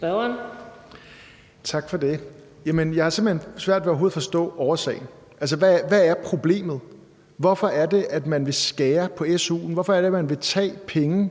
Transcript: ved overhovedet at forstå årsagen. Altså, hvad er problemet? Hvorfor er det, at man vil skære på su'en? Hvorfor er det, at man vil tage penge